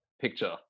picture